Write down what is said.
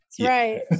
Right